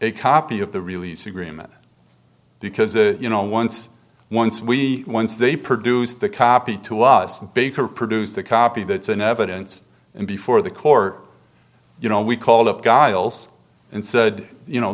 a copy of the release agreement because you know once once we once they produced the copy to us and baker produced the copy that's an evidence and before the court you know we called up giles and said you know